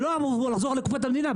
שלא אמור לחזור לקופת המדינה,